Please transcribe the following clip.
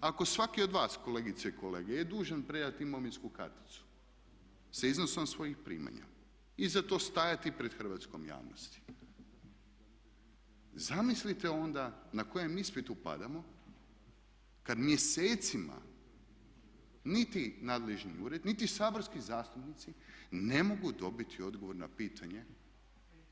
Ako svaki od vas kolegice i kolege je dužan predati imovinsku karticu sa iznosom svojih primanja i za to stajati pred hrvatskom javnosti zamislite onda na kojem ispitu padamo kad mjesecima niti nadležni ured, niti saborski zastupnici ne mogu dobiti odgovor na pitanje